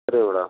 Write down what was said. சரிங்க மேடம்